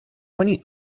many